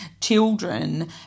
children